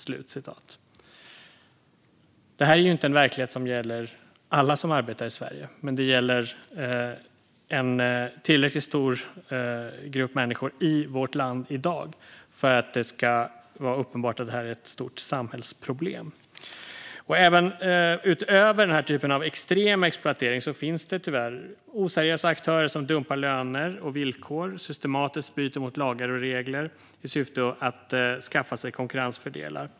Detta är inte en verklighet för alla som arbetar i Sverige, men det gäller en tillräckligt stor grupp människor i vårt land i dag för att det ska vara uppenbart att det är ett stort samhällsproblem. Även vid sidan av den här typen av extrem exploatering finns det tyvärr oseriösa aktörer som dumpar löner och villkor och systematiskt bryter mot lagar och regler i syfte att skaffa sig konkurrensfördelar.